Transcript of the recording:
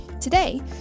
today